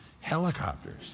helicopters